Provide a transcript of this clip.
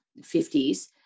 50s